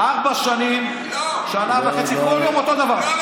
ארבע שנים, שנה וחצי, כל יום אותו דבר.